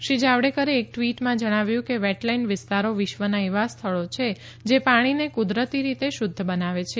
શ્રી જાવડેકરે એક વી માં જણાવ્યું કે વે લેન્ડ વિસ્તારો વિશ્વના એવા સ્થળો છે જ પાણીને કુદરતી રીતે શુદ્ધ બનાવે છે